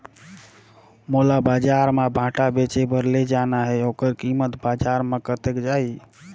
मोला बजार मां भांटा बेचे बार ले जाना हे ओकर कीमत बजार मां कतेक जाही?